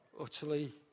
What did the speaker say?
utterly